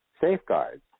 safeguards